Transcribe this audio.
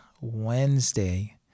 Wednesday